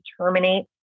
terminate